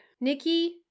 Nikki